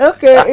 Okay